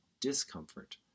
discomfort